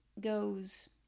goes